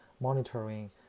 monitoring